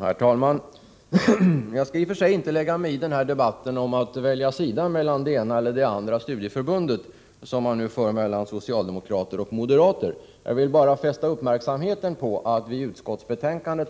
Herr talman! Jag skall i och för sig inte lägga mig i den debatt om att välja mellan det ena eller andra studieförbundet som moderater och socialdemokrater nu för. Jag vill bara fästa uppmärksamheten på att vi i utskottsbetänkandet